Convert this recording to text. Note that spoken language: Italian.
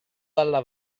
dalla